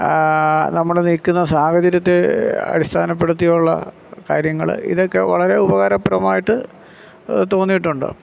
നമ്മുടെ നിൽക്കുന്ന സാഹചര്യത്തെ അടിസ്ഥാനപ്പെടുത്തിയുള്ള കാര്യങ്ങൾ ഇതൊക്കെ വളരെ ഉപകാരപ്രദമായിട്ട് തോന്നിയിട്ടുണ്ട്